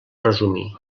resumir